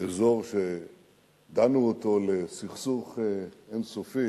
אזור שדנו אותו לסכסוך אין-סופי,